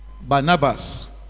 Barnabas